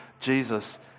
Jesus